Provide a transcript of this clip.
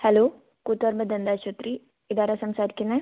hello Koothuparamba ദന്താശുപത്രി ഇതാരാ സംസാരിക്കുന്നത്